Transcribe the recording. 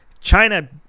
China